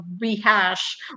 rehash